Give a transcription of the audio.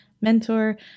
mentor